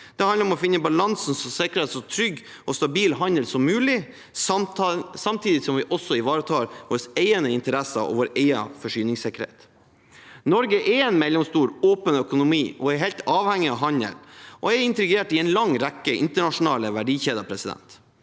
Det handler om å finne balansen som sikrer en så trygg og stabil handel som mulig, samtidig som vi også ivaretar våre egne interesser og vår egen forsyningssikkerhet. Norge er en mellomstor, åpen økonomi som er helt avhengig av handel, og er integrert i en lang rekke internasjonale